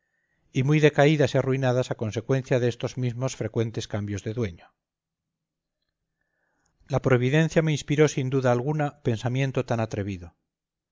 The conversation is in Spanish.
y muy decaídas y arruinadas a consecuencia de estos mismos frecuentes cambios de dueño la providencia me inspiró sin duda alguna pensamiento tan atrevido